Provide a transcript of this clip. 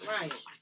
Right